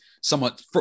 somewhat –